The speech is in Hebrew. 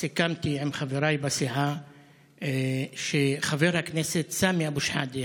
סיכמתי עם חבריי בסיעה שחבר הכנסת סמי אבו שחאדה,